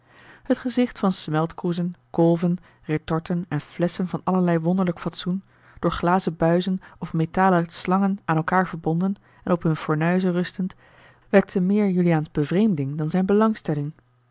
het gezicht van smeltkroezen kolven retorten en flesschen van allerlei wonderlijk fatsoen door glazen buizen of metalen slangen aan elkaâr verbonden en op hunne fornuizen rustend wekte meer juliaans bevreemding dan zijne belangstelling